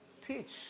teach